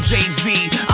Jay-Z